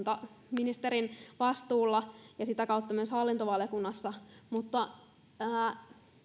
kuntaministerin vastuulla ja sitä kautta myös hallintovaliokunnassa niin